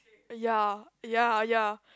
ya ya ya